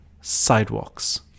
sidewalks